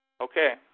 Okay